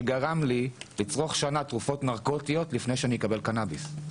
שגרם לי לצרוך שנה תרופות נרקוטיות לפני שאני אקבל קנביס.